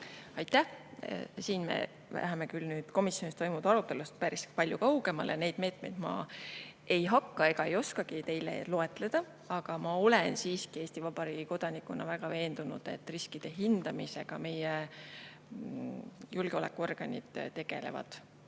Aitäh! Nüüd me läheme küll komisjonis toimunud arutelust päris kaugele. Neid meetmeid ma ei hakka loetlema ega oskagi loetleda. Aga ma olen siiski Eesti Vabariigi kodanikuna väga veendunud, et riskide hindamisega meie julgeolekuorganid tegelevad